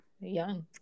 young